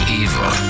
evil